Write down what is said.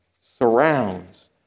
surrounds